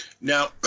now